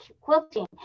quilting